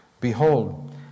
Behold